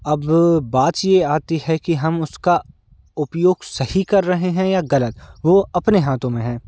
अब बात ये आती है कि हम उसका उपयोग सही कर रहे हैं या गलत वो अपने हाथों में है